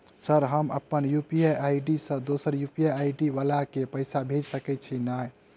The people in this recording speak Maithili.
सर हम अप्पन यु.पी.आई आई.डी सँ दोसर यु.पी.आई आई.डी वला केँ पैसा भेजि सकै छी नै?